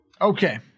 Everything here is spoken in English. Okay